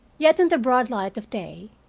yet, in the broad light of day,